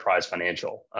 Financial